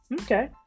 Okay